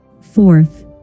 Fourth